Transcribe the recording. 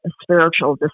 spiritual